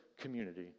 community